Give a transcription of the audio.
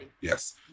Yes